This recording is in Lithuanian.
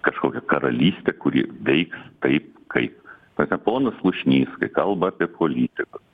kažkokią karalystę kuri veiks taip kaip tada ponas slušnys kai kalba apie politikus